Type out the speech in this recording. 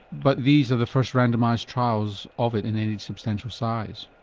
but these are the first randomised trials of it in any substantial size?